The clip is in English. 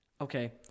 Okay